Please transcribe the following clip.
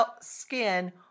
skin